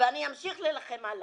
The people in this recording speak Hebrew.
ואני אמשיך להילחם עליה.